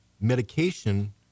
medication